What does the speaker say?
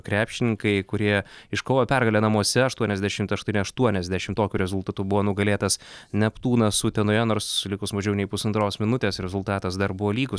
krepšininkai kurie iškovojo pergalę namuose aštuoniasdešim aštuoni aštuoniasdešimt tokiu rezultatu buvo nugalėtas neptūnas utenoje nors likus mažiau nei pusantros minutės rezultatas dar buvo lygus